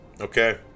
Okay